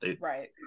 Right